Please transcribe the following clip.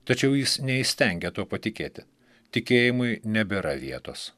tačiau jis neįstengia tuo patikėti tikėjimui nebėra vietos